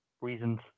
reasons